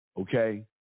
okay